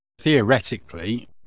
Theoretically